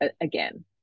again